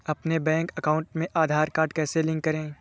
अपने bank account में Aadhaar card कैसे लिंक करें?